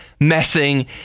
messing